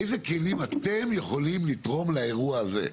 איזה כלים אתם יכולים לתרום לאירוע הזה?